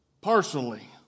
personally